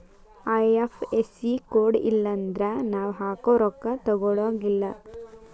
IFSC code ಇಲ್ಲನ್ದ್ರ ನಾವ್ ಹಾಕೊ ರೊಕ್ಕಾ ತೊಗೊಳಗಿಲ್ಲಾ